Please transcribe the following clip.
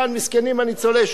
מסכנים ניצולי השואה,